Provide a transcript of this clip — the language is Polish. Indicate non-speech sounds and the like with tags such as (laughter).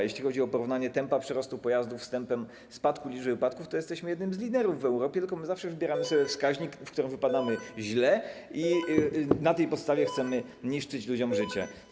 Jeśli chodzi o porównanie tempa przyrostu liczby pojazdów z tempem spadku liczby wypadków, to jesteśmy jednym z liderów w Europie, tylko zawsze wybieramy (noise) sobie wskaźnik, w którym wypadamy źle, i na tej podstawie chcemy niszczyć ludziom życie.